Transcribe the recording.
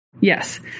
Yes